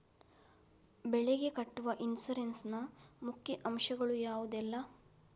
ಬೆಳೆಗೆ ಕಟ್ಟುವ ಇನ್ಸೂರೆನ್ಸ್ ನ ಮುಖ್ಯ ಅಂಶ ಗಳು ಯಾವುದೆಲ್ಲ?